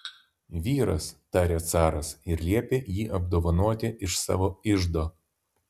vyras tarė caras ir liepė jį apdovanoti iš savo iždo